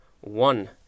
one